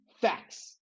facts